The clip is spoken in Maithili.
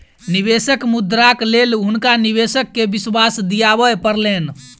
निवेशक मुद्राक लेल हुनका निवेशक के विश्वास दिआबय पड़लैन